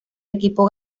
equipo